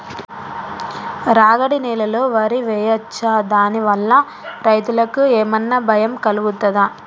రాగడి నేలలో వరి వేయచ్చా దాని వల్ల రైతులకు ఏమన్నా భయం కలుగుతదా?